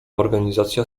organizacja